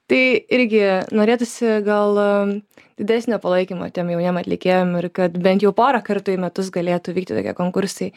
tai irgi norėtųsi gal didesnio palaikymo tiem jauniem atlikėjam ir kad bent jau porą kartų į metus galėtų vykti tokie konkursai